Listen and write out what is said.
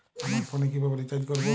আমার ফোনে কিভাবে রিচার্জ করবো?